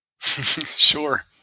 Sure